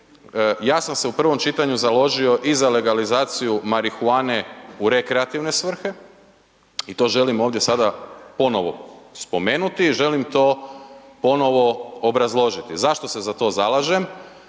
ja sam se u prvom čitanju založio i za legalizaciju marihuane u rekreativne svrhe i to želim ovdje sada ponovo spomenuti i želim to ponovo obrazložiti. Zašto se za to zalažem?